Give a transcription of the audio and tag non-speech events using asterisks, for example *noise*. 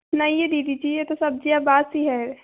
नहीं *unintelligible* दीदी जी ये तो सब्ज़ियाँ बासी हैं